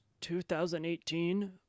2018